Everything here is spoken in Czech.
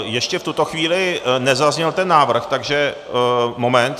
Ještě v tuto chvíli nezazněl ten návrh, takže moment...